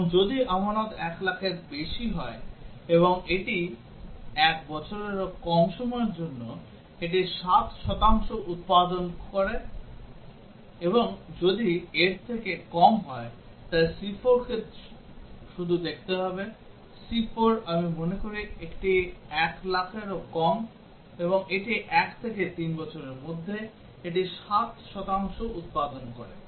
এবং যদি আমানত 1 লাখের বেশি হয় এবং এটি 1 বছরেরও কম সময়ের জন্য এটি 7 শতাংশ উৎপাদন করে এবং যদি এর থেকে কম হয় তাই c4 কে শুধু দেখতে হবে c4 আমি মনে করি এটি 1 লক্ষেরও কম এবং এটি 1 থেকে 3 বছরের মধ্যে এটি 7 শতাংশ উৎপাদন করে